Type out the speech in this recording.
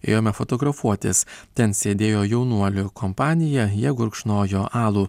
ėjome fotografuotis ten sėdėjo jaunuolių kompanija jie gurkšnojo alų